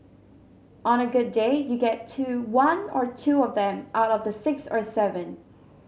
on a good day you get to one or two of them out of the six or seven